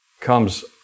comes